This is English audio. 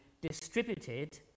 distributed